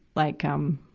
like, um,